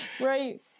Right